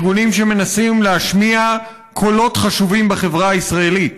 ארגונים שמנסים להשמיע קולות חשובים בחברה הישראלית,